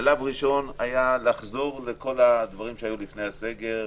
השלב הראשון היה לחזור לכל הדברים שהיו לפני הסגר,